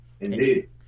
Indeed